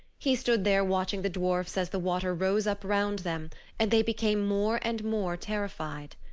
he stood there watching the dwarfs as the water rose up round them and they became more and more terrified.